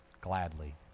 gladly